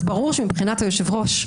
ברור שמבחינת היושב-ראש,